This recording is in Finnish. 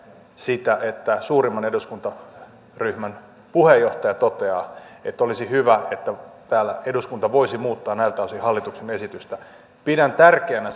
sitä että suurimman eduskuntaryhmän puheenjohtaja toteaa että olisi hyvä että täällä eduskunta voisi muuttaa näiltä osin hallituksen esitystä pidän tärkeänä